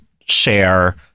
share